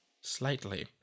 Slightly